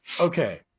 Okay